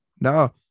No